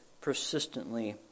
persistently